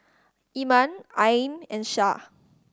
Iman Ain and Syah